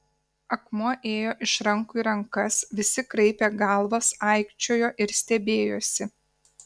akmuo ėjo iš rankų į rankas visi kraipė galvas aikčiojo ir stebėjosi